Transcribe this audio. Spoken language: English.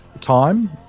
time